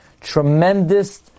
tremendous